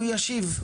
הוא ישיב.